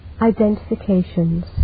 identifications